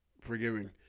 forgiving